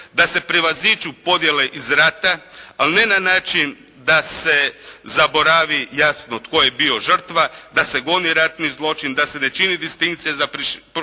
da se prevaziđu podjele iz rata. Ali ne na način da se zaboravi jasno tko je bio žrtva, da se goni ratni zločin, da se ne čini distinkcija pri